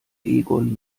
egon